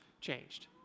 changed